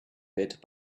bit